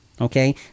okay